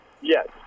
Yes